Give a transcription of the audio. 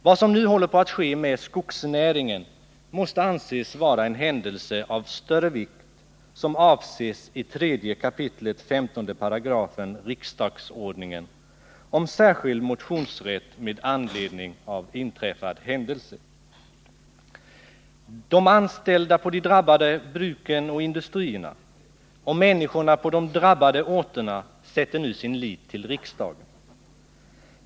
Vad som nu håller på att ske med skogsnäringen måste anses vara en händelse av större vikt, som avses i 3 kap. 15§ riksdagsordningen, om särskild motionsrätt med anledning av inträffad händelse. De anställda på de drabbade bruken och industrierna och människorna på de drabbade orterna sätter nu sin lit till riksdagen.